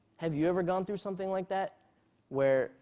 have you ever gone through something like that where